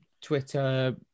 Twitter